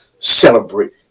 Celebrate